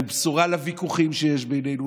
הוא בשורה לוויכוחים שיש בינינו,